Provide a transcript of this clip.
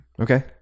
okay